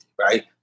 right